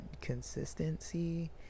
consistency